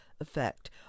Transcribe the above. effect